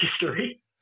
history